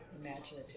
imaginative